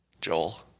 Joel